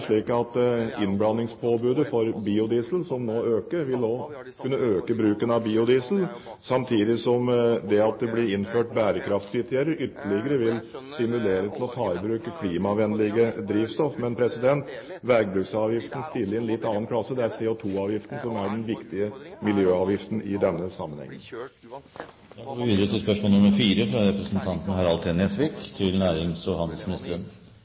slik at innblandingspåbudet for biodiesel, som nå øker, også vil kunne øke bruken av biodiesel, samtidig som det at det blir innført bærekraftskriterier, ytterligere vil stimulere til å ta i bruk klimavennlige drivstoff. Men veibruksavgiften stiller i en litt annen klasse, det er CO2-avgiften som er den viktige miljøavgiften i denne sammenhengen. Jeg vil stille følgende spørsmål til nærings- og handelsministeren: «Det har blitt kjent både gjennom møter og